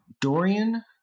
Dorian